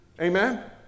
amen